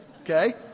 okay